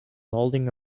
holding